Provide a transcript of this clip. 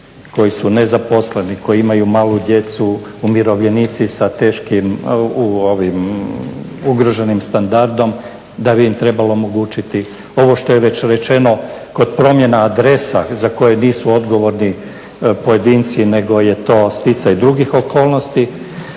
koji su nezaposleni, koji imaju malu djecu, umirovljenici sa teškim ugroženim standardom da bi im trebalo omogućiti ovo što je već rečeno kod promjena adresa za koje nisu odgovorni pojedinci nego je to stjecaj drugih okolnosti.